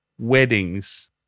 weddings